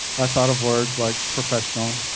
i thought of words like professional,